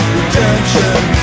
Redemption